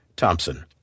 Thompson